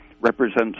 represents